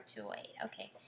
okay